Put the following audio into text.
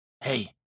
Hey